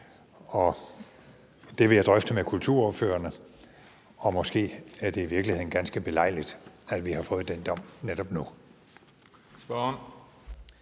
Det vil jeg drøfte med kulturordførerne, og måske er det i virkeligheden ganske belejligt, at vi har fået den dom netop nu.